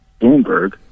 Bloomberg